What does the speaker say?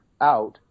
out